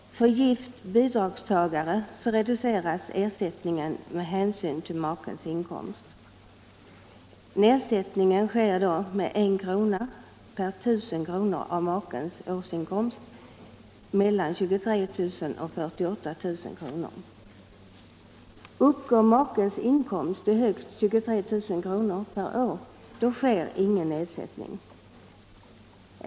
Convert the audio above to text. För gift bidragstagare reduceras ersättningen med hänsyn till makens inkomst. Nedsättning sker då med 1 kr. per 1000 kr. av makens årsinkomst mellan 23 000 och 48 000 kr. Uppgår makens inkomst till högst 23 000 kr. per år sker ingen nedsättning.